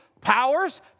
powers